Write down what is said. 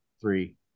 three